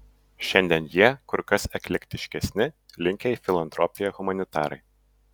šiandien jie kur kas eklektiškesni linkę į filantropiją humanitarai